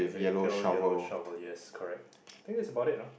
pale yellow shovel yes correct I think that's about it ah